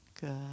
Good